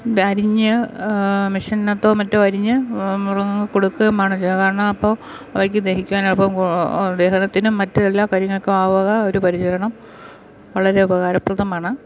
ഇതരിഞ്ഞ് മെഷീനിനകത്തോ മറ്റോ അരിഞ്ഞ് മൃഗങ്ങൾക്ക് കൊടുക്കുകയും ആണ് ചെയ്യുക കാരണം അപ്പോൾ അവയ്ക്ക് ദഹിക്കാനൊക്ക ദഹനത്തിനും മറ്റ് എല്ലാ കാര്യങ്ങൾക്കും ആ വക ഒരു പരിചരണം വളരെ ഉപകാരപ്രദമാണ്